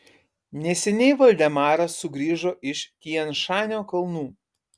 neseniai valdemaras sugrįžo iš tian šanio kalnų